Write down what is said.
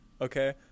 Okay